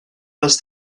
les